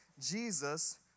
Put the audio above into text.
Jesus